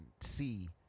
see